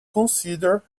consider